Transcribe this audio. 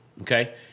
Okay